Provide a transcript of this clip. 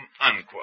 unquote